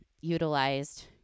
utilized